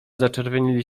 zaczerwienili